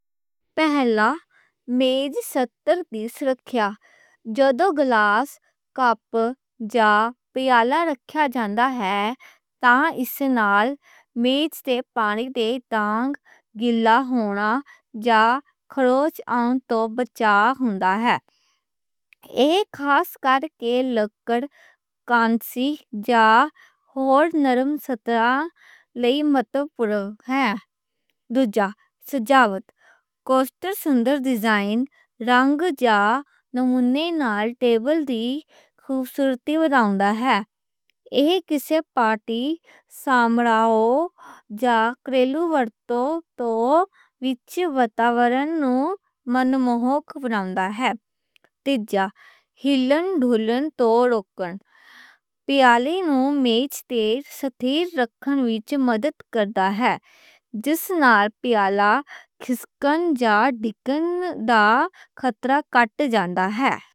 پہلا، میز تے رکھیا، جدوں گلاس، کپ یا پیالا رکھیا جاندا ہے، تے اس نال میز تے پانی دے گِلا ہونا یا خراش آون توں بچدا ہے۔ اک خاص کر کے لکڑی یا ہور نرم سطحاں لئی مفید ہے۔ دوجا، سجاوٹ، کوسٹر سندے ڈیزائن، رنگ یا نمونے نال ٹیبل دی خوشصورتی وڈاؤندا ہے۔ ایہ کسے پارٹی، سماروں یا گھریلو ورتوں وچ ماحول نوں من موہک وڈاؤندا ہے۔ تیجا، ہلن دُھلن روکنا، پیالے نوں میز تے ستھیر رکھن وچ مدد کردا ہے، جس نال پیالا کھِسکنا جا ڈِگن دا خطرہ کٹ جاندا ہے۔